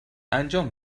انجام